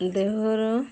ଦେହର